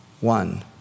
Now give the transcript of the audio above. one